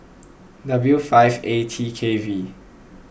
W five A T K V